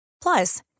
Plus